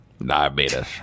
Diabetes